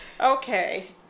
okay